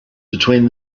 between